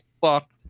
fucked